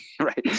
right